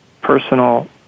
personal